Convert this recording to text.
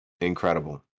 incredible